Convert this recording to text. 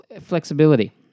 flexibility